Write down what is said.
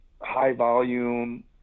high-volume